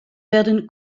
werden